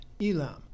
Elam